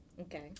okay